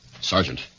Sergeant